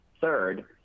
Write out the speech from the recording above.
Third